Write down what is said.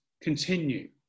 continue